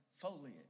foliage